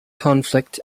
conflict